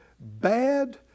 bad